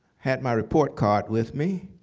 had my report card with me.